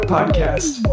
Podcast